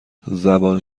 زبان